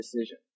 decision